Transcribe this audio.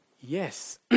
Yes